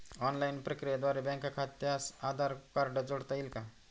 Online प्रक्रियेद्वारे bank खात्यास Aadhaar card जोडता येईल का?